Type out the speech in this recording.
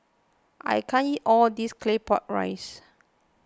I can't eat all of this Claypot Rice